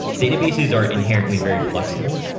databases are inherently very flexible,